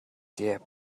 their